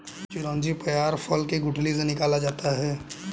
चिरौंजी पयार फल के गुठली से निकाला जाता है